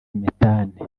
methane